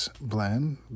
blend